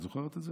את זוכרת את זה?